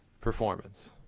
performance